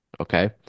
okay